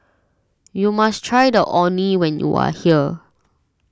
you must try the Orh Nee when you are here